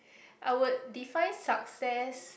I would define success